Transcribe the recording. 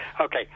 Okay